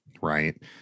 right